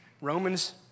Romans